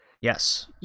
Yes